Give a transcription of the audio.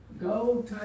go